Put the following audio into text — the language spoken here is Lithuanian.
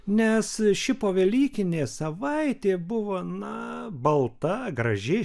nes ši povelykinė savaitė buvo na balta graži